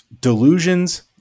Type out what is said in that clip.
delusions